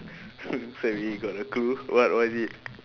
looks like we got a clue what what is it